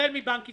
החל מבנק ישראל,